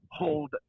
hold